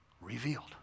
revealed